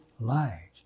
light